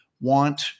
want